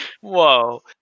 Whoa